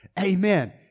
Amen